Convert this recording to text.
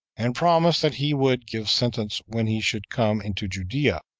and promised that he would give sentence when he should come into judea,